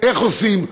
איך עושים,